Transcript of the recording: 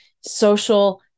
social